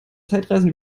zeitreisen